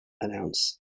announce